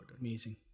Amazing